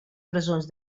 presons